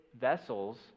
vessels